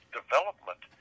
development